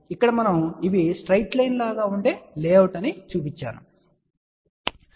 ఇక్కడ మనము ఇవి స్ట్రైట్ లైన్ లాగా ఉండే లే అవుట్ మీకు చూపించాము